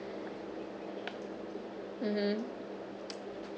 mmhmm